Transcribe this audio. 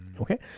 Okay